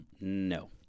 no